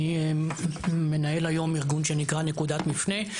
אני מנהל היום ארגון שנקרא נקודת מפנה.